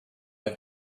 have